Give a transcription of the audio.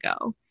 go